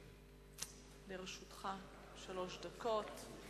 לרשותך שלוש דקות.